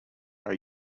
are